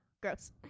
Gross